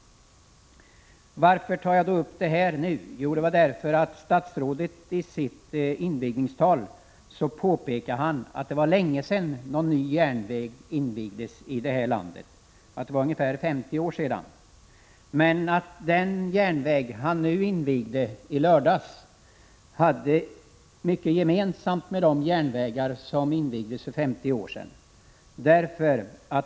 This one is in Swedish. Varför tar jag då upp den här saken nu? Jo, det gör jag därför att statsrådet isitt invigningstal påpekade att det var länge sedan någon ny järnväg invigdes i landet, ungefär 50 år sedan. Men den järnväg som han nu invigde hade mycket gemensamt med de järnvägar som invigdes för 50 år sedan.